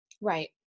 Right